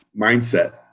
mindset